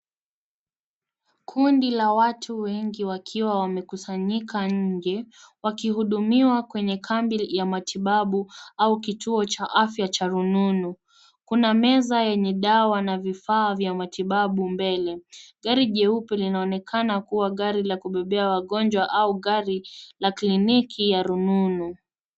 Kundi la watu wengi wakiwa wamekusanyika nje, wakihudumiwa kwenye kambi ya matibabu au kituo cha afya cha rununu. Kuna meza yenye dawa na vifaa vya matibabu mbele. Gari jeupe linaonekana kuwa gari la kubebea wagonjwa au gari la kliniki ya rununu.